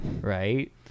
right